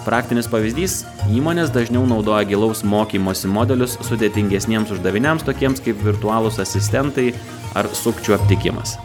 praktinis pavyzdys įmonės dažniau naudoja gilaus mokymosi modelius sudėtingesniems uždaviniams tokiems kaip virtualūs asistentai ar sukčių aptikimas